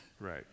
right